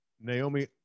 Naomi